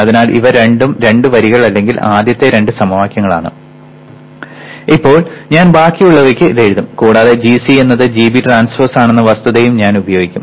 അതിനാൽ ഇവ ആദ്യ രണ്ട് വരികൾ അല്ലെങ്കിൽ ആദ്യത്തെ രണ്ട് സമവാക്യങ്ങളാണ് ഇപ്പോൾ ഞാൻ ബാക്കിയുള്ളവയ്ക്ക് ഇത് എഴുതും കൂടാതെ gC എന്നത് gB ട്രാൻസ്പോസ് ആണെന്ന വസ്തുതയും ഞാൻ ഉപയോഗിക്കും